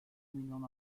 milyon